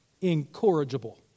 incorrigible